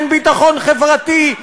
אין ביטחון חברתי,